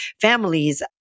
families